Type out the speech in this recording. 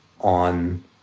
on